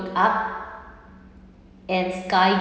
up and sky